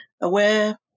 AWARE